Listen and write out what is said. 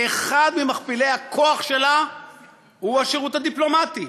ואחד ממכפילי הכוח שלה הוא השירות הדיפלומטי,